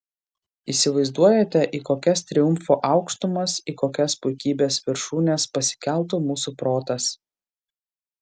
įsivaizduojate į kokias triumfo aukštumas į kokias puikybės viršūnes pasikeltų mūsų protas